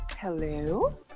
Hello